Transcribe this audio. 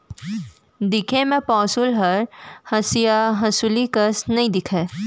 दिखे म पौंसुल हर हँसिया हँसुली कस नइ दिखय